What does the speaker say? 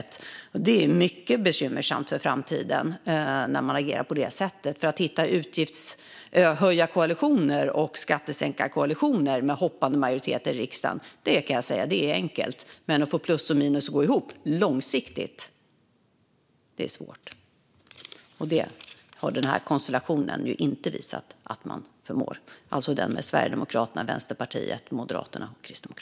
Att agera på detta sätt är mycket bekymmersamt inför framtiden. Att höja utgifter och sänka skatter genom olika koalitioner genom hoppande majoritet i riksdagen är enkelt, men att få plus och minus att långsiktigt gå ihop är svårt. Det har konstellationen Sverigedemokraterna, Vänsterpartiet, Moderaterna och Kristdemokraterna inte visat att man förmår.